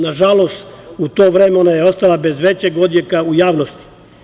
Nažalost, u to vreme, ona je ostala bez većeg odjeka u javnosti.